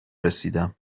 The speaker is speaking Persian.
رسیدم